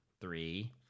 three